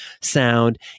sound